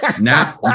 now